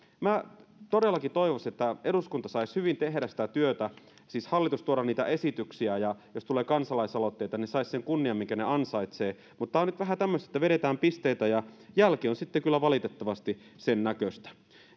minä todellakin toivoisin että eduskunta saisi hyvin tehdä sitä työtä siis hallitus tuoda niitä esityksiä ja jos tulee kansalaisaloitteita ne saisivat sen kunnian minkä ne ansaitsevat mutta tämä on nyt vähän tämmöistä että vedetään pisteitä ja jälki on sitten kyllä valitettavasti sen näköistä